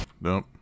Nope